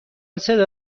صدا